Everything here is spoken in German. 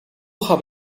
habe